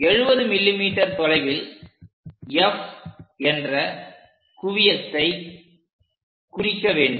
70 mm தொலைவில் F என்ற குவியத்தை குறிக்க வேண்டும்